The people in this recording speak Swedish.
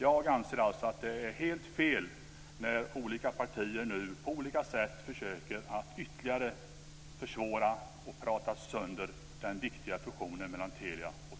Jag anser alltså att det är helt fel när olika partier nu på olika sätt försöker att ytterligare försvåra och prata sönder den viktiga fusionen mellan Telia och